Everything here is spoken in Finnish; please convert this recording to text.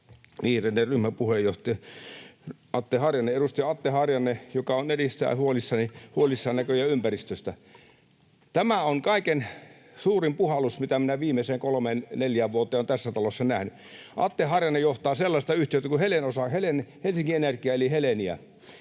vihreiden ryhmän puheenjohtaja Atte Harjanne, edustaja Atte Harjanne, joka on erittäin huolissaan näköjään ympäristöstä. Tämä on kaikkein suurin puhallus, mitä minä viimeiseen kolmeen neljään vuoteen olen tässä talossa nähnyt. Atte Harjanne johtaa sellaista yhtiötä kuin Helen. Helen